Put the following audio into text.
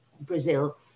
Brazil